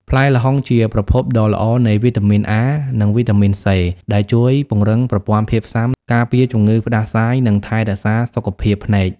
ផ្លែល្ហុងជាប្រភពដ៏ល្អនៃ វីតាមីន អា និង វីតាមីន សេ ដែលជួយពង្រឹងប្រព័ន្ធភាពស៊ាំ ការពារជំងឺផ្តាសាយ និងថែរក្សាសុខភាពភ្នែក។